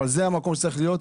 אבל זה המקום שזה צריך להיות.